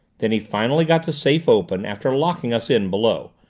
then he finally got the safe open, after locking us in below,